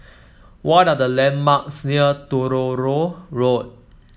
what are the landmarks near Truro Road